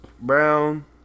brown